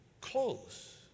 close